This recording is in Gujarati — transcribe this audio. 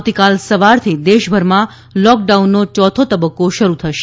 આવતીકાલ સવારથી દેશભરમાં લોકડાઉનનો યોથો તબક્કો શરૂ થશે